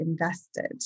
invested